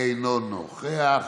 אינו נוכח,